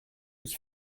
its